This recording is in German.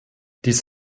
dies